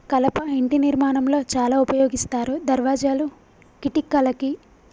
కలప ఇంటి నిర్మాణం లో చాల ఉపయోగిస్తారు దర్వాజాలు, కిటికలకి